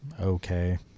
okay